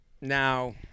Now